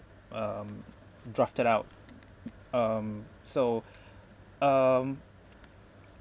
um drafted out um so um